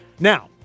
Now